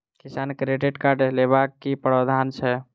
किसान credit card लेबाक की प्रावधान छै?